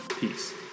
Peace